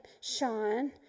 Sean